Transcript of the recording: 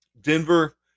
Denver